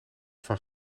van